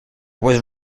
was